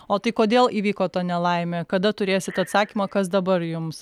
o tai kodėl įvyko ta nelaimė kada turėsit atsakymą kas dabar jums